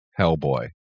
Hellboy